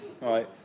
Right